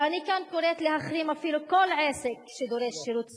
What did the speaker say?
ואני כאן קוראת להחרים אפילו כל עסק שדורש שירות צבאי,